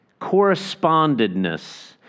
correspondedness